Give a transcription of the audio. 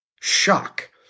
shock